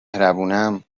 مهربونم